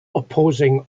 opposing